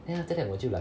then after that 我就 like